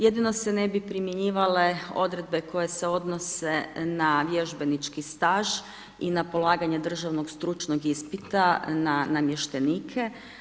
Jedino se ne bi primjenjivale odredbe koje se odnose na vježbenički staž i na polaganje državnog stručnog ispita na namještenike.